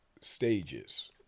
stages